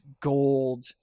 gold